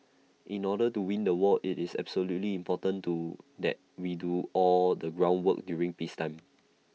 in order to win the war IT is absolutely important to that we do all the groundwork during peacetime